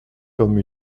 comme